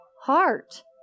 Heart